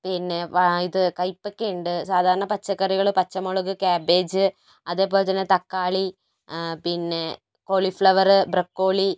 പിന്നെ ഇത് കൈപ്പക്കയുണ്ട് സാധാരണ പച്ചക്കറികൾ പച്ചമുളക് ക്യാബേജ് അതുപോലെത്തന്നെ തക്കാളി പിന്നെ കോളിഫ്ലവർ ബ്രക്കോളി